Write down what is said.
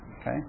Okay